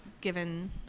given